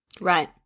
Right